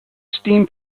steam